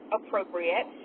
appropriate